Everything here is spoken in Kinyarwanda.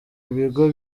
ibigo